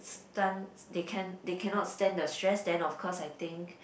stan~ they can't they cannot stand the stress then of course I think